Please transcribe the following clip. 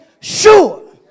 sure